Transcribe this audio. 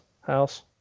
house